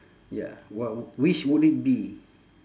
ya what which would it be